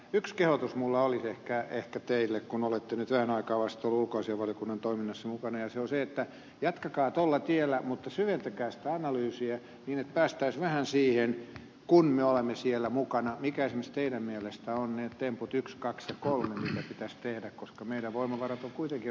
yksi kehotus minulla olisi ehkä teille kun olette nyt vähän aikaa vasta ollut ulkoasiainvaliokunnan toiminnassa mukana ja se on se että jatkakaa tuolla tiellä mutta syventäkää sitä analyysia niin että päästäisiin vähän siihen että kun me olemme siellä mukana mitkä esimerkiksi teidän mielestänne ovat ne temput yksi kaksi ja kolme mitä pitäisi tehdä koska meidän voimavaramme ovat kuitenkin rajalliset